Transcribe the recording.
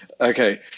okay